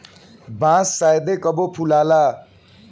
बांस शायदे कबो फुलाला